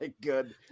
good